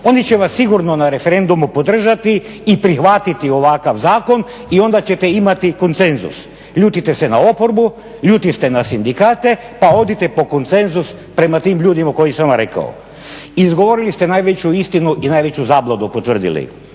Oni će vas sigurno na referendumu podržati i prihvatiti ovakav zakon i onda ćete imati konsenzus. Ljutite se na oporbu, ljuti ste na sindikate pa odite po konsenzus prema tim ljudima koji sam vam rekao. Izgovorili ste najveću istinu i najveću zabludu potvrdili,